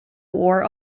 war